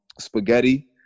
Spaghetti